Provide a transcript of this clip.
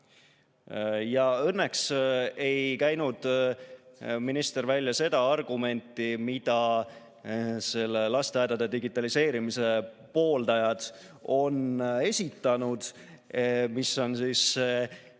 Õnneks ei käinud minister välja seda argumenti, mida lasteaedade digitaliseerimise pooldajad on esitanud – see on vana hea